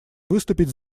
выступить